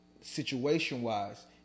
Situation-wise